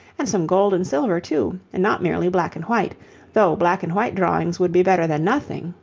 and some gold and silver too, and not merely black and white though black and white drawings would be better than nothing,